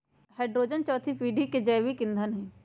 hydrogen चउथी पीढ़ी के जैविक ईंधन हई